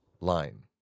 line